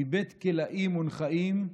/ מבית מבית / כלאים / ונכאים /